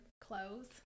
clothes